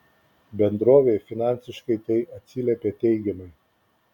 bendrovei finansiškai tai atsiliepė teigiamai